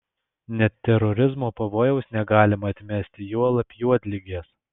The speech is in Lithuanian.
net terorizmo pavojaus negalima atmesti juolab juodligės